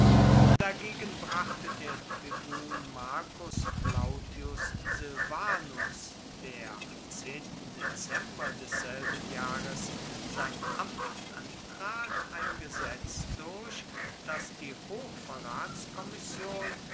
dagegen brachte der tribun marcus plautius silvanus der am dezember desselben jahres sein amt antrat ein gesetz durch das die